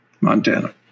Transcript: Montana